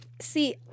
See